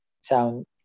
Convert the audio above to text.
sound